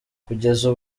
kugeza